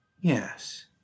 yes